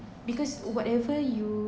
because whatever you